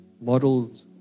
modeled